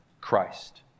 Christ